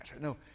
No